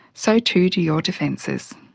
so too do your defences.